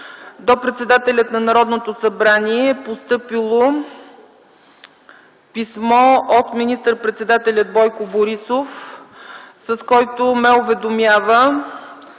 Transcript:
до председателя на Народното събрание е постъпило писмо от министър-председателя Бойко Борисов, с което ме уведомява,